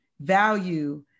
Value